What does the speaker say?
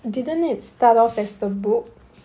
didn't it start off as a book